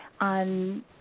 on